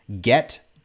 get